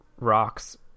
rocks